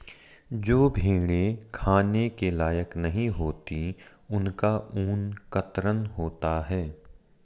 जो भेड़ें खाने के लायक नहीं होती उनका ऊन कतरन होता है